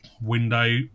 window